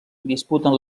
disputen